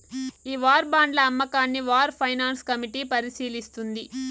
ఈ వార్ బాండ్ల అమ్మకాన్ని వార్ ఫైనాన్స్ కమిటీ పరిశీలిస్తుంది